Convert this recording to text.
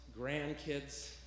grandkids